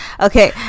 Okay